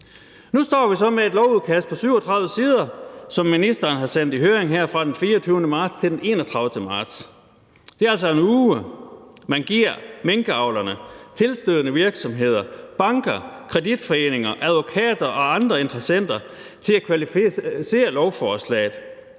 Nu står vi så med et lovudkast på 37 sider, som ministeren har sendt i høring her fra den 24. marts til den 31. marts. Det er altså en uge, man giver minkavlerne, tilstødende virksomheder, banker, kreditforeninger, advokater og andre interessenter til at kvalificere lovforslaget.